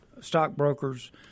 stockbrokers